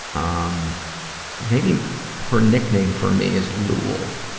um maybe her nickname for me is lool.